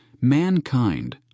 mankind